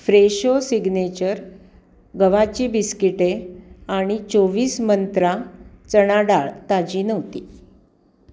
Fresho signature गव्हाची बिस्किटे आणि चोवीस मंत्रा चणाडाळ ताजी नव्हती